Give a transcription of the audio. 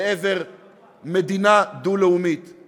לעבר מדינה דו-לאומית.